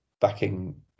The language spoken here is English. backing